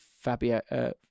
Fabio